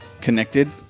connected